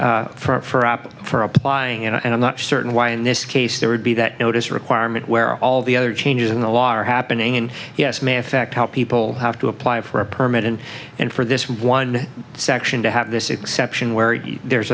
ban for up for applying and i'm not certain why in this case there would be that notice requirement where all the other changes in the law are happening and yes ma'am affect how people have to apply for a permit and and for this one section to have this exception where there's